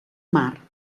mar